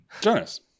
Jonas